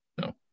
no